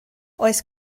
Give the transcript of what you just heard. oes